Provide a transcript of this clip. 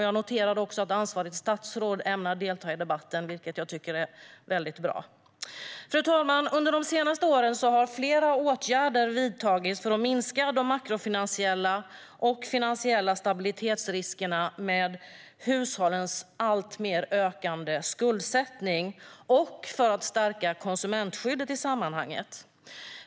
Jag noterar också att ansvarigt statsråd ämnar delta i debatten, vilket jag tycker är väldigt bra. Fru talman! Under de senaste åren har flera åtgärder vidtagits för att minska de makrofinansiella och finansiella stabilitetsriskerna med hushållens alltmer ökande skuldsättning och för att stärka konsumentskyddet i sammanhanget.